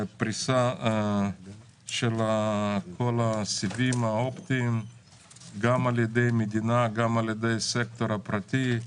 פריסה של כל הסיבים האופטיים גם על ידי המדינה גם על ידי הסקטור הפרטי.